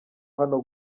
hano